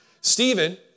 Stephen